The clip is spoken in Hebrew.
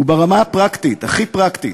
וברמה הפרקטית, הכי פרקטית,